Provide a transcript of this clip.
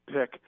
pick